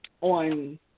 on